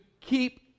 keep